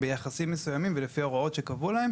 ביחסים מסוימים ולפי ההוראות שקבעו להם,